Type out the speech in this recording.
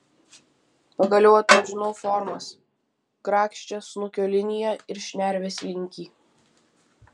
pagaliau atpažinau formas grakščią snukio liniją ir šnervės linkį